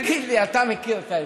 תגיד לי, אתה מכיר את האזור.